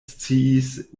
sciis